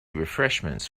refreshments